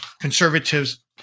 conservatives